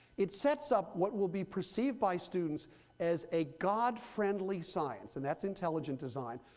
it sets up what will be perceived by students as a god-friendly science, and that's intelligent design,